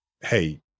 hey